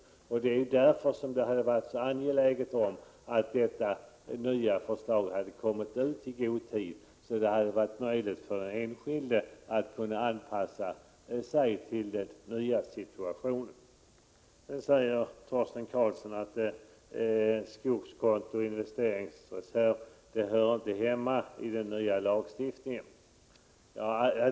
Det hade därför varit angeläget att det nya förslaget hade lagts fram i god tid, så att det hade varit möjligt för den enskilde att anpassa sig till den nya situationen. Sedan säger Torsten Karlsson att skogskonto och investeringsreserv inte hör hemma i eller berörs av den nya lagstiftningen.